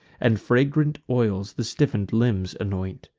and fragrant oils the stiffen'd limbs anoint.